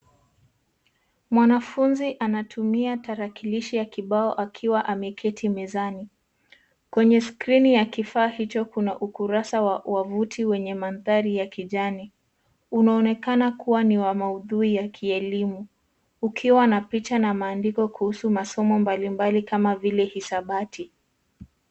Mwanafunzi anatumia tarakilishi ya kibao akiwa ameketi mezani. Kwenye skrini ya kifaa hicho kuna ukurasa wa wavuti wenye mandhari ya kijani. Unaonekana kuwa ni wa maudhui ya kielemu ukiwa na picha na maandiko kuhusu masomo mbalimbali kama vile hisabati.